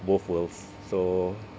both worlds so